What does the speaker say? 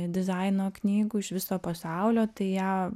dizaino knygų iš viso pasaulio tai ją